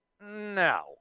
No